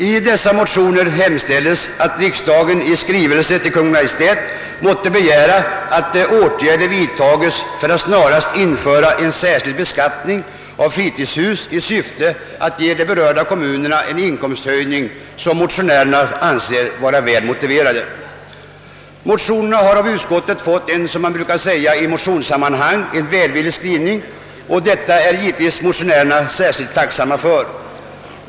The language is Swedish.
I dessa motioner hemställes att riksdagen i skrivelse till Kungl. Maj:t måtte begära att åtgärder vidtages att snarast införa en särskild beskattning av fritidshus i syfte att ge de berörda kommunerna en inkomsthöjning som vi motionärer anser vara väl motiverad. Utskottet har bestått motionerna en — som man brukar säga — välvillig skrivning, och detta är givetvis vi motionärer tacksamma för.